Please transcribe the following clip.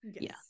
yes